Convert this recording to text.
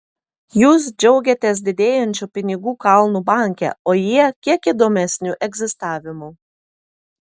jūs džiaugiatės didėjančiu pinigų kalnu banke o jie kiek įdomesniu egzistavimu